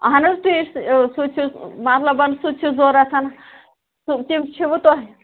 اَہَن حظ تُہۍ ٲسِو سُہ تہِ چھُ مطلب سُہ تہِ چھُ ضروٗرت سُہ تِم چھِوٕ تۄہہِ